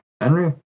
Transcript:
Henry